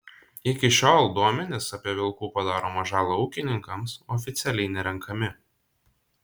iki šiol duomenys apie vilkų padaromą žalą ūkininkams oficialiai nerenkami